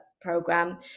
program